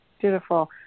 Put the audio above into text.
Beautiful